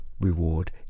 reward